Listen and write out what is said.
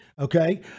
okay